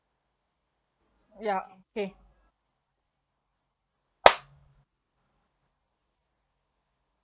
ya okay